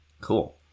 Cool